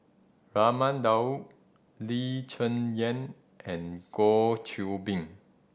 Raman Daud Lee Cheng Yan and Goh Qiu Bin